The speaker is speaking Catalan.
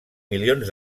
milions